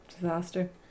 Disaster